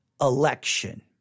election